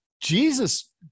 Jesus